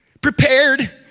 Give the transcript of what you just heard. prepared